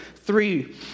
Three